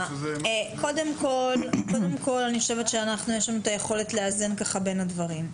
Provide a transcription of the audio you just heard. קודם כל אני חושבת שיש לנו את היכולת לאזן בין הדברים.